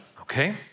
okay